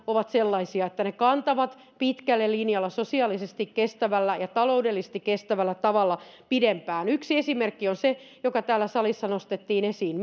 ovat sellaisia että ne kantavat pitkällä linjalla sosiaalisesti ja taloudellisesti kestävällä tavalla pidempään yksi esimerkki on se joka täällä salissa nostettiin esiin